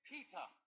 Peter